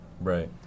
Right